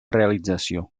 realització